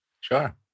Sure